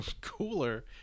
cooler